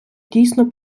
дійсно